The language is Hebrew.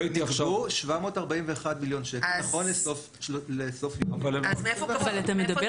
נקבעו 741 מיליון שקל נכון לסוף חודש יוני.